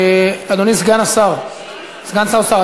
אדוני סגן שר האוצר,